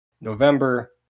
November